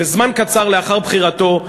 וזמן קצר לאחר בחירתו,